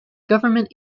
government